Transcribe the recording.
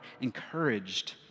encouraged